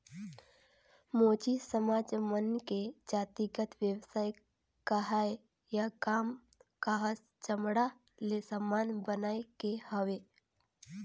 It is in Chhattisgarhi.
मोची समाज मन के जातिगत बेवसाय काहय या काम काहस चमड़ा ले समान बनाए के हवे